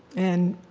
and